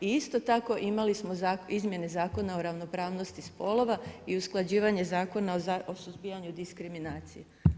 I isto tako imali smo izmjene Zakona o ravnopravnosti spolova i usklađivanje Zakona o suzbijanju diskriminacije.